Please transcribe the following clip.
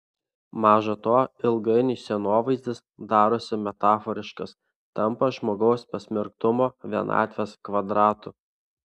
maža to ilgainiui scenovaizdis darosi metaforiškas tampa žmogaus pasmerktumo vienatvės kvadratu